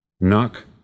Knock